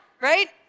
right